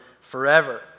forever